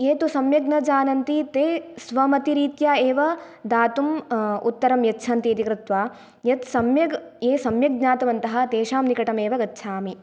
ये तु सम्यक् न जानन्ति ते स्वमतरीत्या एव दातुं उत्तरं यच्छन्ति इति कृत्वा यत् सम्यक् ये सम्यक् ज्ञातवन्तः तेषां निकटमेव गच्छामि